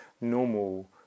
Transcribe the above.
normal